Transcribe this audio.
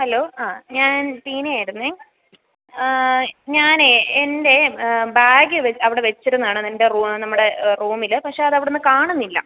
hello ആ ഞാൻ ടീനയാരുന്നു ഞാൻ എന്റെ ബാഗി അവിടെ വെച്ചിരുന്നതാണ് എന്റെ നമ്മുടെ റൂമിൽ പക്ഷേ അത് അവിടുന്ന് കാണുന്നില്ല